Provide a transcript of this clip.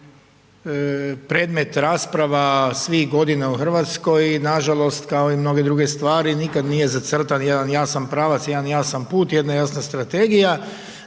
predmet rasprava svih godina u Hrvatskoj i nažalost kao i mnoge druge stvari nikad nije zacrtan jedan jasan pravac, jedan jasan put, jedna jasna strategija